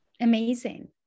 Amazing